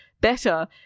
better